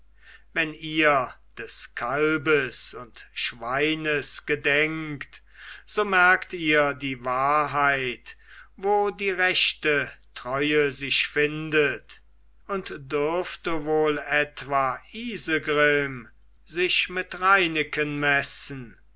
wenn ihr des kalbes und schweines gedenkt so merkt ihr die wahrheit wo die rechte treue sich findet und dürfte wohl etwa isegrim sich mit reineken messen